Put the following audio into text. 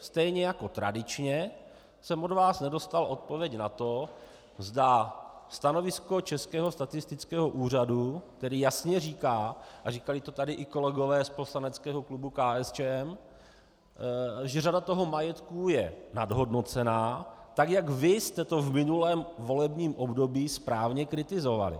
Stejně jako tradičně jsem od vás nedostal odpověď na to, zda stanovisko Českého statistického úřadu, který jasně říká, a říkají to tady i kolegové z poslaneckého klubu KSČM, že řada toho majetku je nadhodnocena, tak jak vy jste to v minulém volebním období správně kritizovali.